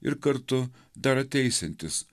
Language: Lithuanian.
ir kartu dar ateisiantis